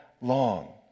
long